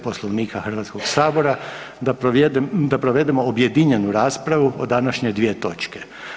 Poslovnika Hrvatskog sabora da provedemo objedinjenu raspravu o današnje dvije točke.